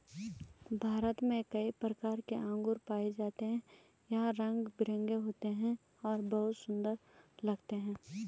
भारत में कई प्रकार के अंगूर पाए जाते हैं यह रंग बिरंगे होते हैं और बहुत सुंदर लगते हैं